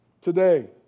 today